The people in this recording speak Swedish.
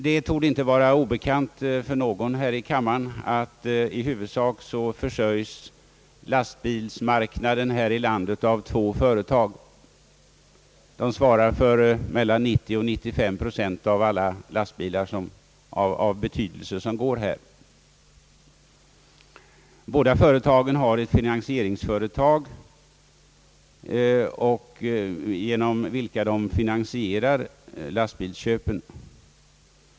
Det torde inte vara obekant för någon här i kammaren, att i huvudsak försörjes lastbilsmarknaden här i landet av två företag. Dessa svarar för mellan 90 och 95 procent av alla lastbilar av betydelse som här används, Båda företagen har finansieringsföretag, genom vilka de finansierar lastbilsköpen.